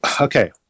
Okay